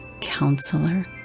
Counselor